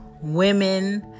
women